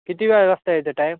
किती वेळ वाजता येतं टाईम